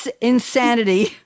Insanity